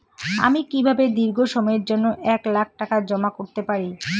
আমি কিভাবে দীর্ঘ সময়ের জন্য এক লাখ টাকা জমা করতে পারি?